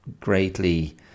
greatly